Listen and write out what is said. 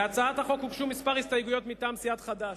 להצעת החוק הוגשו כמה הסתייגויות מטעם סיעת חד"ש,